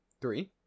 three